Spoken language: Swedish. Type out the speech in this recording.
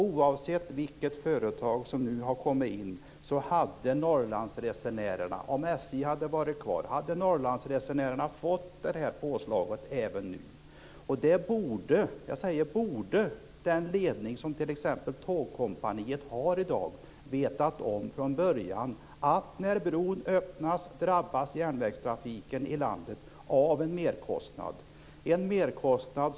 Oavsett vilket företag som kommit in och om SJ hade varit kvar hade Norrlandsresenärerna fått det här påslaget även nu. Det borde Tågkompaniets ledning ha vetat om från början, dvs. att när bron öppnas kommer järnvägstrafiken i landet att drabbas av en merkostnad.